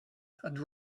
and